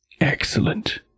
Excellent